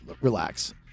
Relax